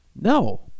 No